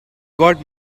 got